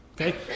Okay